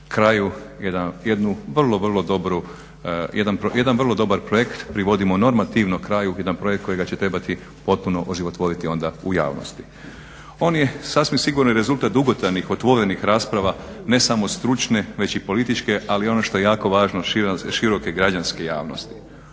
kraju. Jedan vrlo dobar projekt privodimo normativno kraju, jedan projekt kojega će trebati potpuno oživotvoriti onda u javnosti. On je sasvim sigurno i rezultat dugotrajnih otvorenih rasprava ne samo stručne već i političke, ali ono što je jako važno široke građanske javnosti.